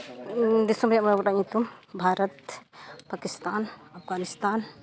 ᱫᱤᱥᱚᱢ ᱨᱮᱭᱟᱜ ᱢᱚᱬᱮ ᱜᱚᱴᱟᱝ ᱧᱩᱛᱩᱢ ᱵᱷᱟᱨᱚᱛ ᱯᱟᱠᱤᱥᱛᱷᱟᱱ ᱟᱯᱷᱜᱟᱹᱱᱤᱥᱛᱷᱟᱱ